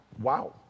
wow